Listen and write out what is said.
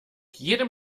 jedem